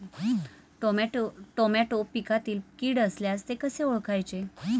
Tomato पिकातील कीड असल्यास ते कसे ओळखायचे?